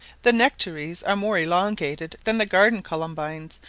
the nectaries are more elongated than the garden columbines,